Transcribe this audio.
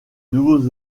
nouveaux